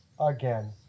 again